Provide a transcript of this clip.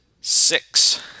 six